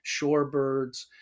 shorebirds